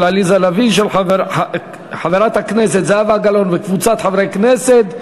של חברת הכנסת זהבה גלאון וקבוצת חברי הכנסת.